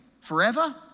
Forever